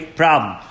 problem